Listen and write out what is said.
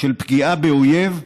של פגיעה באויב,